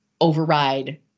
override